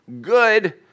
good